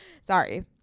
sorry